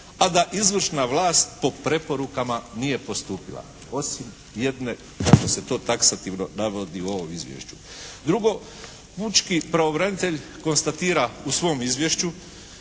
a da izvršna vlast po preporukama nije postupila osim jedne kako se to taksativno navodi u ovom izvješću. Drugo. Pučki pravobranitelj konstatira u svom izvješću